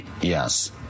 Yes